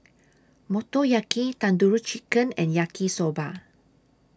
Motoyaki Tandoori Chicken and Yaki Soba